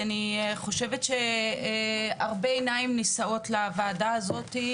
אני חושבת שהרבה עיניים נישאות לוועדה הזאת,